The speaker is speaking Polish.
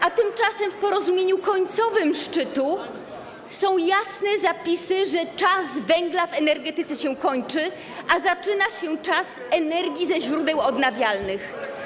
A tymczasem w porozumieniu końcowym szczytu są jasne zapisy, że czas węgla w energetyce się kończy, a zaczyna się czas energii ze źródeł odnawialnych.